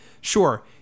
Sure